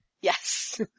Yes